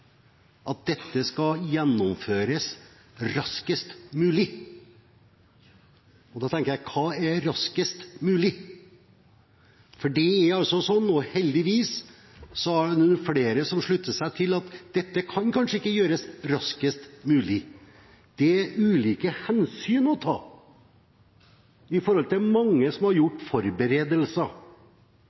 at dette skal gjennomføres raskest mulig. Da tenkte jeg: Hva er raskest mulig? Det er altså slik nå, heldigvis, at det er flere som slutter seg til at dette kanskje ikke kan gjøres raskest mulig. Det er ulike hensyn å ta, med tanke på de mange som har gjort forberedelser.